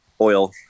oil